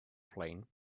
plane